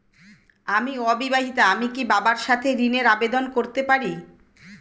আমি অবিবাহিতা আমি কি বাবার সাথে ঋণের আবেদন করতে পারি?